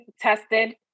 tested